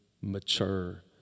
mature